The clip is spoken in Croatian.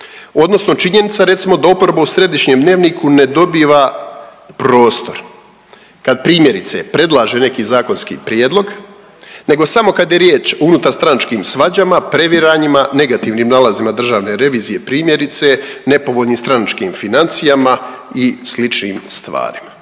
odnosno činjenica da oporba recimo u središnjem dnevniku ne dobiva prostor kad primjerice predlaže neki zakonski prijedlog nego samo kad je riječ o unutarstranačkim svađama, previranjima, negativnim nalazima Državne revizije primjerice, nepovoljnim stranačkim financijama i sličnim stvarima.